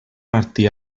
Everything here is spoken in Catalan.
martí